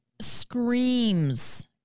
screams